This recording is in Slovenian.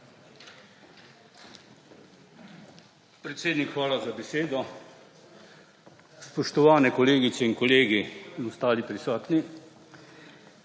Predsednik, hvala za besedo. Spoštovane kolegice in kolegi in ostali prisotni!